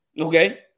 okay